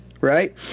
right